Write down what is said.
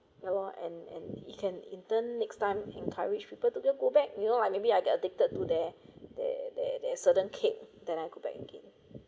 ya lor and and it can in term next time encourage people to get go back you know like maybe I get addicted to their their their their certain cake then I go back again